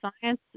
science